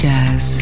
Jazz